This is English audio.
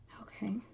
Okay